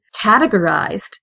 categorized